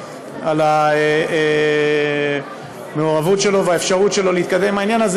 על המעורבות שלו והאפשרות שלו להתקדם עם העניין הזה,